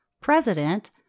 president